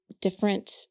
different